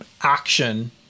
action